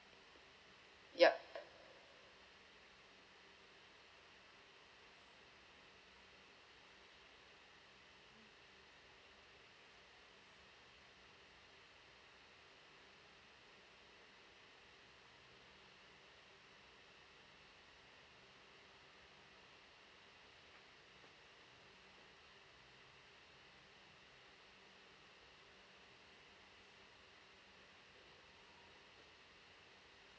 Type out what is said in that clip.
yup